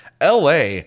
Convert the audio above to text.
LA